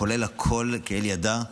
כולל כל שלאל ידה,